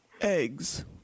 eggs